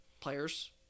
players